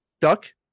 Duck